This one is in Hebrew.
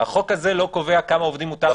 החוק הזה לא קובע לכמה עובדים מותר.